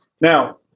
Now